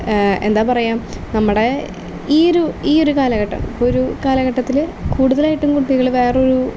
എന്താണ് പറയുക നമ്മുടെ ഈ ഒരു ഈ ഒരു കാലഘട്ട ഇപ്പം ഒരു കാലഘട്ടത്തിൽ കൂടുതലായിട്ടും കുട്ടികൾ വേറെ ഒരു